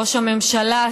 ראש הממשלה,